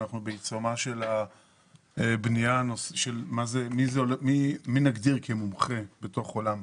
ואנחנו בעיצומה של הבנייה של מי נגדיר כמומחה בתוך עולם הספורט.